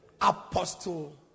Apostle